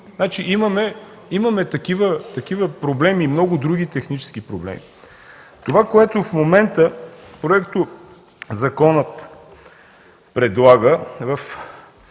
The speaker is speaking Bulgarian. имаме такива много други технически проблеми. Това, което в момента проектозаконът предлага